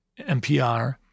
NPR